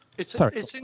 sorry